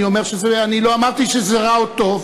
לא אמרתי שזה רע או טוב.